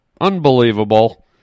unbelievable